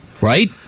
right